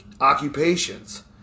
occupations